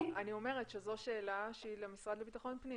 זו שאלה למשרד לביטחון הפנים.